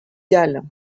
gall